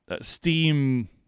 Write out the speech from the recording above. steam